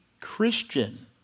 Christian